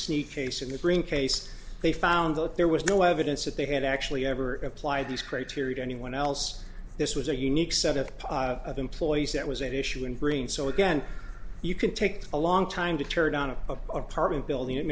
sneak case in the brink case they found that there was no evidence that they had actually ever applied these criteria to anyone else this was a unique set of employees that was a tissue and green so again you can take a long time to tear down a apartment building it